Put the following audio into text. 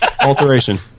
alteration